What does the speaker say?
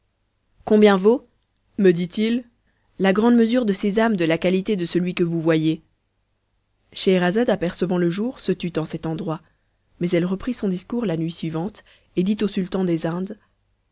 combien vaut me dit-il la grande mesure de sésame de la qualité de celui que vous voyez scheherazade apercevant le jour se tut en cet endroit mais elle reprit son discours la nuit suivante et dit au sultan des indes